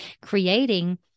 creating